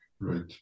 Right